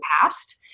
past